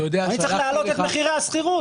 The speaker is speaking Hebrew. אני צריך להעלות את מחירי השכירות,